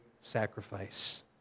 sacrifice